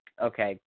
okay